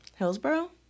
Hillsboro